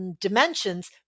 dimensions